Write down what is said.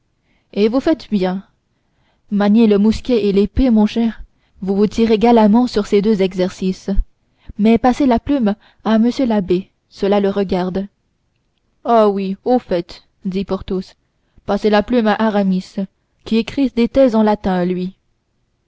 et vous faites bien maniez le mousquet et l'épée mon cher vous vous tirez galamment des deux exercices mais passez la plume à m l'abbé cela le regarde ah oui au fait dit porthos passez la plume à aramis qui écrit des thèses en latin lui